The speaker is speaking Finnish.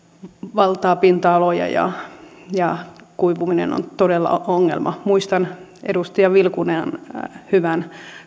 valtaa pinta aloja ja ja kuivuminen on todella ongelma muistan edustaja vilkunan hyvän